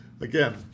again